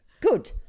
Good